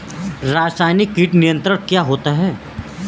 रसायनिक कीट नियंत्रण क्या होता है?